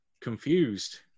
confused